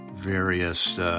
Various